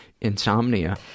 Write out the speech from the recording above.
insomnia